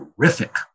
terrific